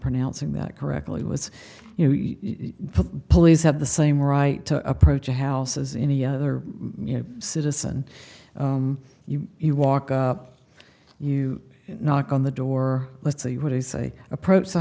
pronouncing that correctly was you know the police have the same right to approach a house as any other citizen you walk up you knock on the door let's see what they say approach the